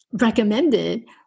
recommended